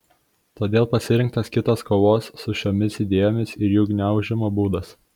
todėl pasirinktas kitas kovos su šiomis idėjomis ir jų gniaužimo būdas